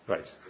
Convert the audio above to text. Right